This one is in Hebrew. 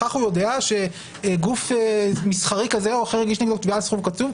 בהכרח הוא יודע שגוף מסחרי כזה או אחר הגיש נגדו תביעה על סכום קצוב.